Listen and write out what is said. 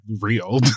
real